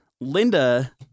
Linda